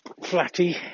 flatty